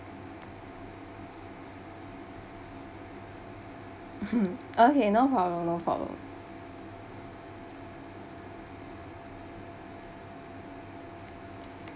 okay no problem no problem